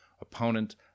opponent